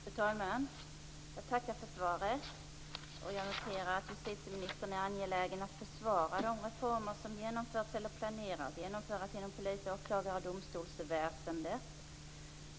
Fru talman! Jag tackar för svaret. Jag noterar att justitieministern är angelägen om att försvara de reformer som har genomförts eller enligt planerna skall genomföras inom polis-, åklagar och domstolsväsendet.